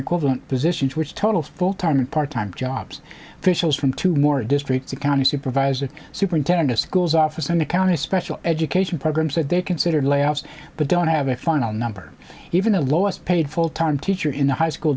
equivalent positions which totals full time and part time jobs fishel from two more districts a county supervisor superintendent of schools office and the county special education programs that they consider layoffs but don't have a final number even the lowest paid full time teacher in the high school